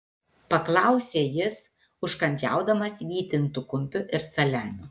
paklausė jis užkandžiaudamas vytintu kumpiu ir saliamiu